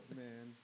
man